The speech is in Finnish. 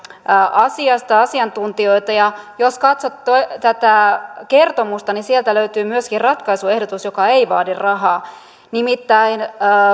asiasta asiantuntijoita ja jos katsotte tätä kertomusta niin sieltä löytyy myöskin ratkaisuehdotus joka ei vaadi rahaa nimittäin